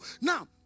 Now